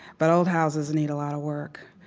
but old houses need a lot of work.